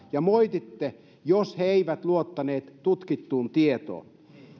ja moititte silloista hallitusta jos he eivät luottaneet tutkittuun tietoon